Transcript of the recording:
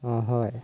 অঁ হয়